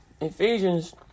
Ephesians